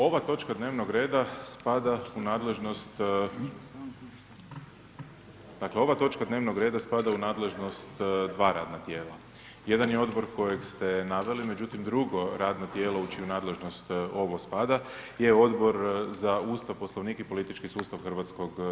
Ova točka dnevnog reda spada u nadležnost, dakle, ova točka dnevnog reda spada u nadležnost dva radna tijela, jedan je odbor kojeg ste naveli, međutim, drugo radno tijelo u čiju nadležnost ovo spada je Odbor za ustav, poslovnik i politički sustav HS.